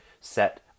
set